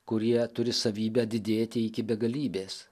kurie turi savybę didėti iki begalybės